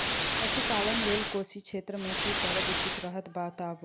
पशुपालन लेल कोशी क्षेत्र मे की करब उचित रहत बताबू?